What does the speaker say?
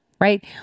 Right